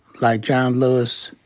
like john lewis,